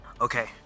Okay